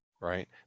right